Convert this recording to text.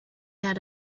had